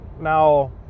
Now